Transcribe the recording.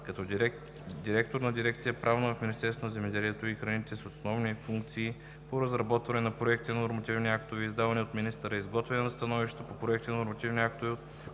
като директор на дирекция „Правна“ в Министерството на земеделието и храните с основни функции по разработване на проекти на нормативни актове, издавани от министъра, изготвяне на становища по проекти на нормативни актове